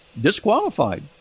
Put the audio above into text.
disqualified